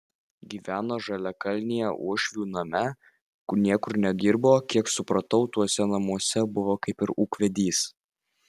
gyveno žaliakalnyje uošvių name niekur nedirbo kiek supratau tuose namuose buvo kaip ir ūkvedys